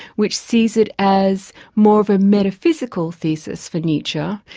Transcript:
which sees it as more of a metaphysical thesis for nietzsche.